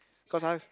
cause I have